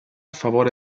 favore